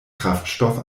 kraftstoff